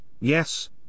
yes